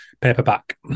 paperback